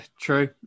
true